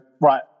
right